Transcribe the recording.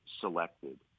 selected